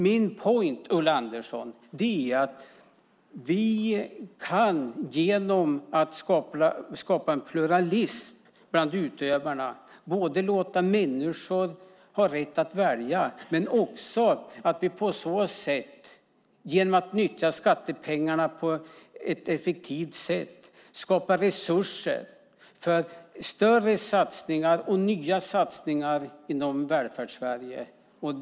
Min poäng, Ulla Andersson, är att vi genom att skapa en pluralism bland utövarna kan låta människor ha rätt att välja och också på så sätt, genom att nyttja skattepengarna på ett effektivt sätt, skapa resurser för större satsningar och nya satsningar inom Välfärdssverige.